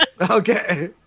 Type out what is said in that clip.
Okay